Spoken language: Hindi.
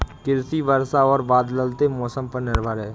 कृषि वर्षा और बदलते मौसम पर निर्भर है